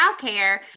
childcare